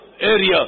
area